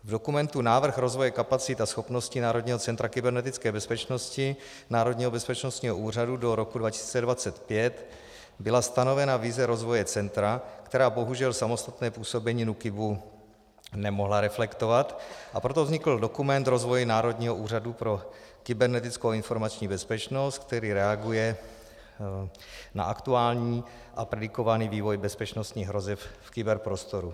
V dokumentu Návrh rozvoje kapacit a schopností Národního centra kybernetické bezpečnosti Národního bezpečnostního úřadu do roku 2025 byla stanovena vize rozvoje centra, která bohužel samostatné působení NÚKIBu nemohla reflektovat, a proto vznikl dokument rozvoje Národního úřadu pro kybernetickou a informační bezpečnost, který reaguje na aktuální a predikovaný vývoj bezpečnostních hrozeb v kyberprostoru.